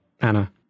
Anna